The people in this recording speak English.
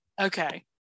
okay